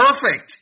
perfect